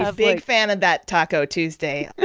ah big fan of that taco tuesday